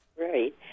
Right